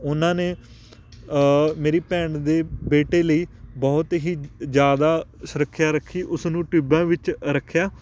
ਉਨ੍ਹਾਂ ਨੇ ਮੇਰੀ ਭੈਣ ਦੇ ਬੇਟੇ ਲਈ ਬਹੁਤ ਹੀ ਜ਼ਿਆਦਾ ਸੁਰੱਖਿਆ ਰੱਖੀ ਉਸਨੂੰ ਟਿਊਬਾਂ ਵਿੱਚ ਰੱਖਿਆ